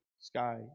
sky